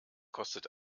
kostet